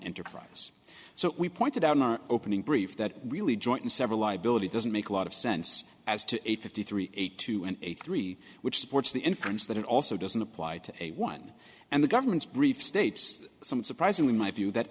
enterprise so we pointed out in our opening brief that really joint and several liability doesn't make a lot of sense as to a fifty three a two and a three which supports the inference that it also doesn't apply to a one and the government's brief states some surprisingly my view that